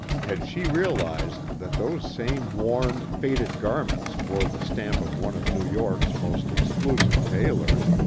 had she realized that those same worn, faded garments bore the stamp of one of new york's most exclusive tailors!